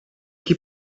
chi